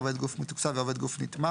"עובד גוף מתוקצב" ו"עובד גוף נתמך"